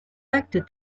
actes